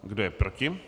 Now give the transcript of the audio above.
Kdo je proti?